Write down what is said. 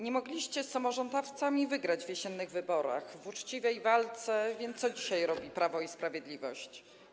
Nie mogliście z samorządowcami wygrać w jesiennych wyborach w uczciwej walce, więc co dzisiaj robi Prawo i Sprawiedliwość?